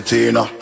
Tina